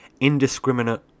indiscriminate